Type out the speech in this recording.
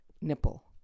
nipple